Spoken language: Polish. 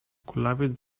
kulawiec